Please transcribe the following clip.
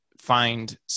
find